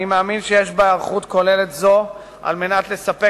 אני מאמין שיש בהיערכות כוללת זו כדי לספק